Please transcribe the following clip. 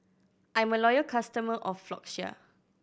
I'm a loyal customer of Floxia